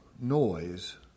noise